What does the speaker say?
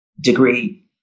degree